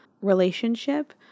relationship